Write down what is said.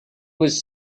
was